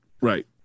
Right